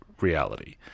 reality